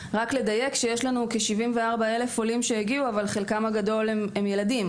רוצה לדייק שיש לנו כ-74,000 עולים שהגיעו אבל חלקם הגדול ילדים,